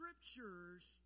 scriptures